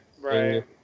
Right